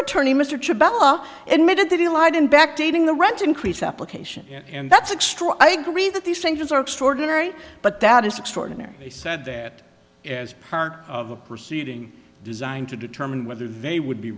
attorney mr to bellow and made it that he lied in backdating the rent increase application and that's extra i agree that these things are extraordinary but that is extraordinary they said that as part of a proceeding designed to determine whether they would be